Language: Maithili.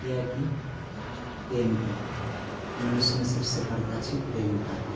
कियाकि प्रेम तऽ मनुष्यमे सबसँ बड़का छै प्रेमता